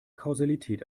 kausalität